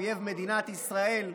אויב מדינת ישראל,